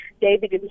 David